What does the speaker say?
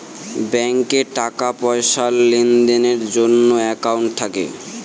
ব্যাঙ্কে টাকা পয়সার লেনদেনের জন্য একাউন্ট থাকে